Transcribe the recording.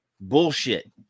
bullshit